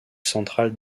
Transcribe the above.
centrale